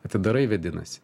atsidarai vėdinasi